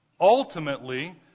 ultimately